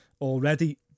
already